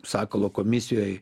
sakalo komisijoj